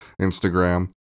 Instagram